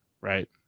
right